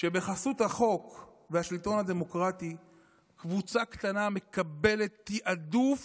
שבחסות החוק והשלטון הדמוקרטי קבוצה קטנה מקבלת תיעדוף